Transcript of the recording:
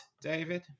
David